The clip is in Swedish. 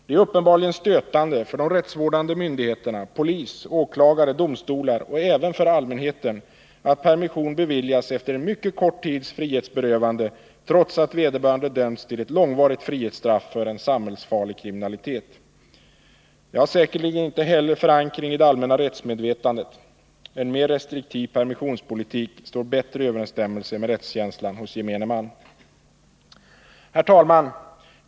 Det är uppenbarligen stötande för de rättsvårdande myndigheterna — polis, åklagare och domstolar — och även för allmänheten att permission beviljas efter en mycket kort tids frihetsberövande, trots att vederbörande dömts till ett långvarigt frihetsstraff för samhällsfarlig kriminalitet. Det har säkerligen inte heller förankring i det allmänna rättsmedvetandet. En mer restriktiv permissionspolitik står bättre i överensstämmelse med rättskänslan hos gemene man. Herr talman!